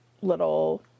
little